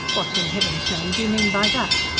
what in heaven's name do you mean by that?